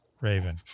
Raven